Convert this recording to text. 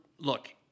Look